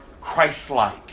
Christ-like